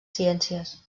ciències